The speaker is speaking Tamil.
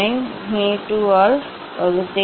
இது இது நடுவில் வைத்திருக்கும்